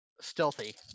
stealthy